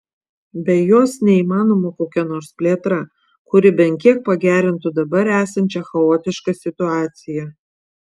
be jos neįmanoma kokia nors plėtra kuri bent kiek pagerintų dabar esančią chaotišką situaciją